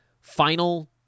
final